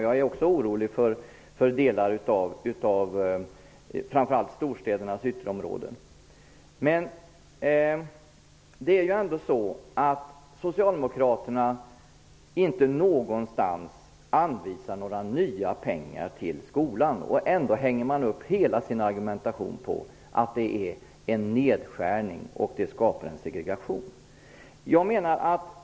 Jag är också mycket orolig för delar av storstädernas ytterområden. Socialdemokraterna anvisar inte någonstans nya pengar till skolan, men ändå hänger de upp hela sin argumentation på att det är en nedskärning som görs och att det skapar en segregation.